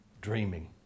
dreaming